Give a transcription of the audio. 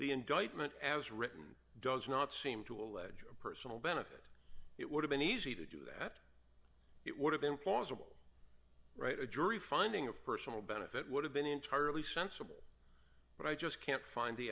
the indictment as written does not seem to allege a personal benefit it would have been easy to do that it would have been plausible right a jury finding of personal benefit would have been entirely sensible but i just can't find the